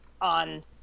on